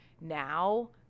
now